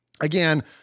again